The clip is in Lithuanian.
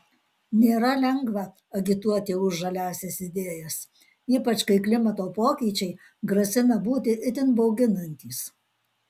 nėra lengva agituoti už žaliąsias idėjas ypač kai klimato pokyčiai grasina būti itin bauginantys